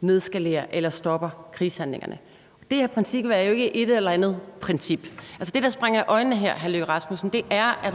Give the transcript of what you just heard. nedskalerer eller stopper krigshandlingerne, og det her princip er jo ikke et eller andet princip. Altså, det, der springer i øjnene her, udenrigsminister, er, at